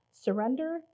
Surrender